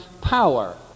power